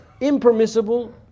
impermissible